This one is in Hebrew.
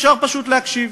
אפשר פשוט להקשיב,